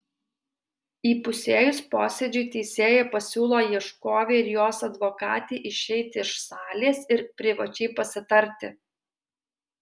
įpusėjus posėdžiui teisėja pasiūlo ieškovei ir jos advokatei išeiti iš salės ir privačiai pasitarti